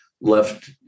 left